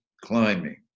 climbing